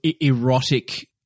erotic